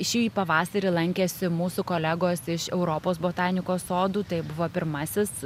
šį pavasarį lankėsi mūsų kolegos iš europos botanikos sodų tai buvo pirmasis